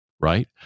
right